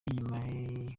inyuma